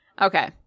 Okay